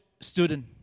student